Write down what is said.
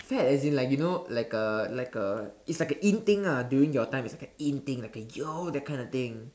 fad as in like you know like a like a it's like a in thing during your time it's like a in thing like a yo that kind of thing